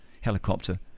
helicopter